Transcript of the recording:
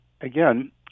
again